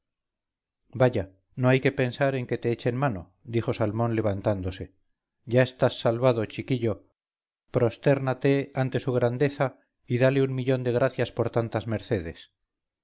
vaya no hay que pensar en que te echen mano dijo salmón levantándose ya estás salvado chiquillo prostérnate ante su grandeza y dale un millón de gracias por tantas mercedes